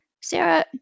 Sarah